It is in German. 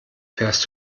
fährst